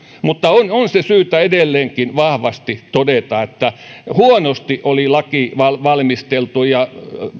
mutta on se syytä edelleenkin vahvasti todeta että huonosti oli laki valmisteltu ja